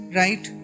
right